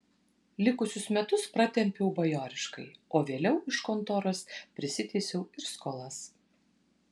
likusius metus pratempiau bajoriškai o vėliau iš kontoros prisiteisiau ir skolas